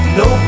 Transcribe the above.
no